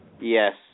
Yes